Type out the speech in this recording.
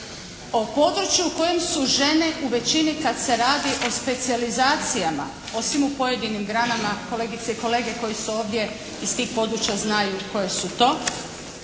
u području u kojem su žene u većini kad se radi o specijalizacijama, osim u pojedinim granama. Kolegice i kolege koji su ovdje iz tih područja znaju koje su to.